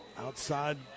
Outside